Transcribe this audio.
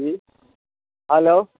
hello